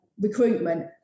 recruitment